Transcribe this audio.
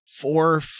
Four